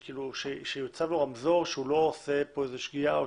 שיוצב לו רמזור שהוא לא עושה כאן שגיאה.